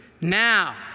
Now